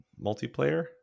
multiplayer